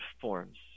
forms